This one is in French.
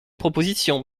proposition